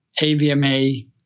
AVMA